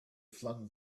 flung